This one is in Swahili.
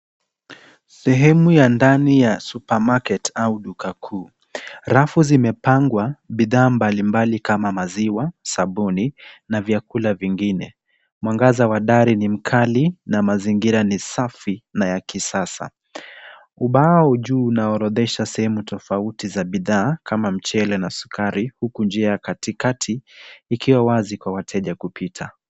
Sehemu ya ndani ya supermarket au duka kuu. Rafu zimepangwa bidhaa mbalimbali kama maziwa, sabuni na vyakula vingine. Mwangaza wa dari ni mkali na mazingira ni safi na ya kisasa. Ubao juu unaooredhesha sehemu tofauti za bidhaa kama mchele na sukari huku njia ya katikati ikiwa wazi kwa wateja kupita.